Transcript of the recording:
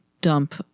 dump